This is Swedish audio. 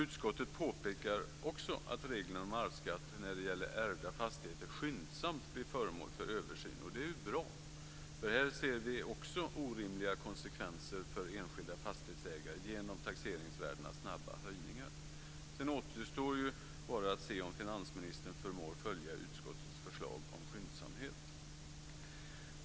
Utskottet påpekar också att reglerna om arvsskatt när det gäller ärvda fastigheter skyndsamt bör bli föremål för översyn. Det är bra, för här ser vi också orimliga konsekvenser för enskilda fastighetsägare genom taxeringsvärdenas snabba höjningar. Sedan återstår bara att se om finansministern förmår att följa utskottets förslag om skyndsamhet.